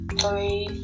three